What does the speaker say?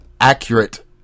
accurate